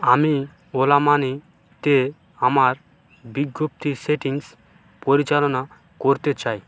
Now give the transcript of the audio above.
আমি ওলা মানিতে আমার বিজ্ঞপ্তির সেটিংস পরিচালনা করতে চাই